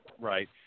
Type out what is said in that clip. Right